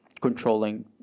controlling